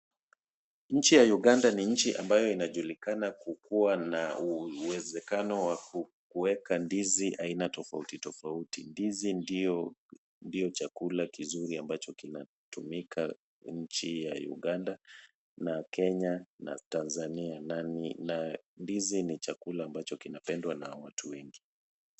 Nchi ya Uganda ni nchi ambayo inajulikana ku kuwa na uwezekano wa kuweka ndizi aina tofauti tofauti. Ndizi ndio chakula kizuri ambacho kinatumika nchi ya Uganda. Na Kenya, na Tanzania, na ndizi ni chakula ambacho kinapendwa na watu wengi.